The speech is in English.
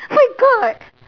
my god